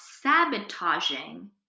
sabotaging